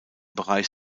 bereich